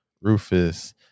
rufus